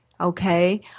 okay